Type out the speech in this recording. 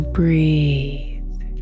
breathe